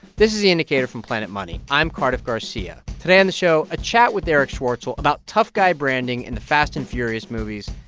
this is the indicator from planet money. i'm cardiff garcia. today on the show, a chat with erich schwartzel about tough-guy branding in the fast and furious movies,